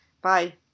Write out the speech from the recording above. Bye